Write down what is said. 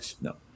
No